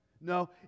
no